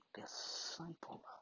disciple